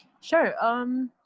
Sure